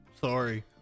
sorry